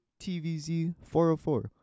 TVZ404